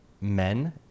men